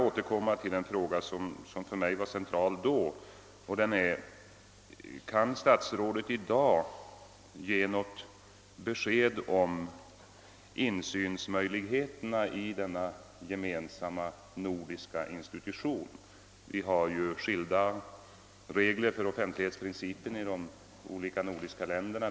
Jag vill emellertid gärna återigen ställa en fråga som var central för mig redan då: Kan statsrådet i dag ge något besked angående möjligheterna till insyn i denna gemensamma nordiska institution? Vi har i de skilda nordiska länderna olika regler när det gäller offentlighetsprincipen.